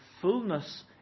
fullness